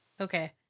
Okay